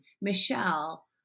Michelle